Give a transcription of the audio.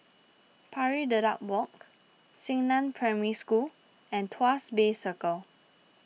Pari Dedap Walk Xingnan Primary School and Tuas Bay Circle